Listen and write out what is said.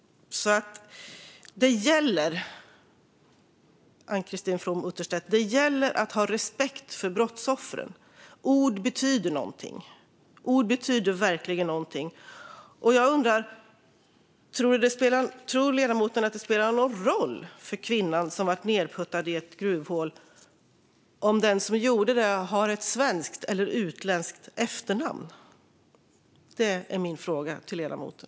Det gäller, Ann-Christine From Utterstedt, att ha respekt för brottsoffren. Ord betyder någonting. Ord betyder verkligen någonting, och jag undrar: Tror ledamoten att det spelar någon roll för kvinnan som blev nedknuffad i ett gruvhål om den som gjorde det har ett svenskt eller ett utländskt efternamn? Det är min fråga till ledamoten.